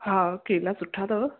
हा केला सुठा अथव